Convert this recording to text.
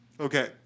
Okay